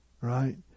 right